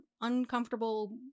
uncomfortable